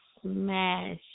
smash